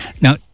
Now